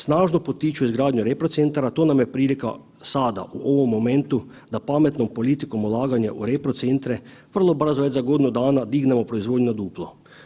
Snažno potiču izgradnju reprocentara to nam je prilika sada u ovom momentu da pametnom politikom ulaganja u reprocentre vrlo brzo već za godinu dana dignemo proizvodnju na duplo.